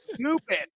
stupid